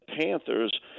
Panthers